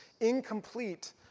incomplete